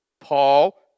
Paul